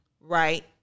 right